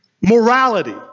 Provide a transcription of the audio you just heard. Morality